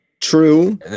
True